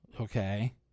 Okay